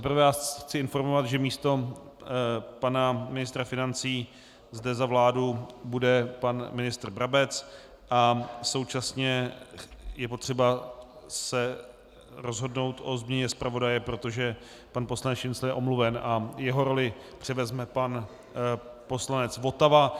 Za prvé vás chci informovat, že místo pana ministra financí zde za vládu bude pan ministr Brabec, a současně je potřeba se rozhodnout o změně zpravodaje, protože pan poslanec Šincl je omluven a jeho roli převezme pan poslanec Votava.